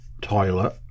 toilet